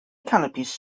canopies